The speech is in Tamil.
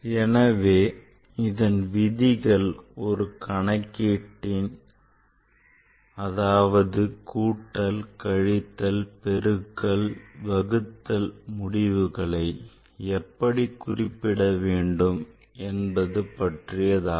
எனவே இதன் விதிகள் ஒரு கணக்கீட்டின் கூட்டல் கழித்தல் பெருக்கல் வகுத்தல் முடிவுகளை எப்படி குறிப்பிட வேண்டும் என்பது பற்றியதாகும்